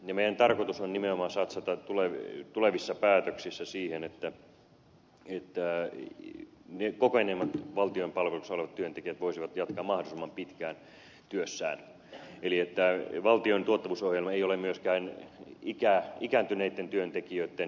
meidän tarkoitus on nimenomaan satsata tulevissa päätöksissä siihen että ne kokeneimmat valtion palveluksessa olevat työntekijät voisivat jatkaa mahdollisimman pitkään työssään eli valtion tuottavuusohjelma ei ole myöskään ikääntyneitten työntekijöitten vähentämisohjelma